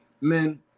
men